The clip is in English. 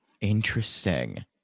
Interesting